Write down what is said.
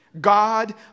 God